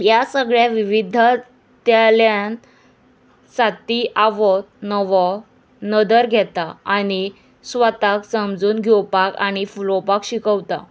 ह्या सगळ्या विविध्यालयान साती आव नवो नदर घेता आनी स्वताक समजून घेवपाक आनी फुलोवपाक शिकोवता